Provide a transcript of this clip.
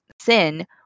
Sin